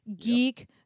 geek